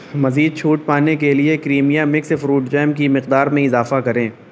مزید چھوٹ پانے کے لیے کریمیا مکس فروٹ جیم کی مقدار میں اضافہ کریں